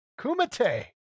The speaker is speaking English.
Kumite